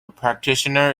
practitioner